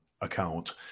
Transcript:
account